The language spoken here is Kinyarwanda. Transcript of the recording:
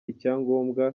icyangombwa